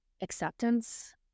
acceptance